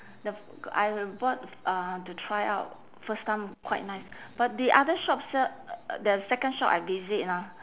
the f~ I bought uh to try out first time quite nice but the other shop sell the second shop I visit ah